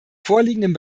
vorliegenden